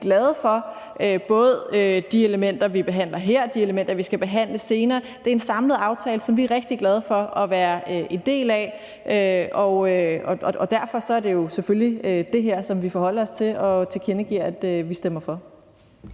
glade for, både de elementer, vi behandler her, og de elementer, vi skal behandle senere. Det er en samlet aftale, som vi er rigtig glade for at være en del af, og derfor er det jo selvfølgelig det her, som vi forholder os til og tilkendegiver at vi stemmer for.